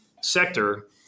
sector